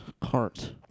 cart